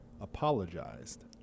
apologized